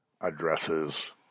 addresses